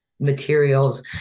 Materials